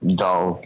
dull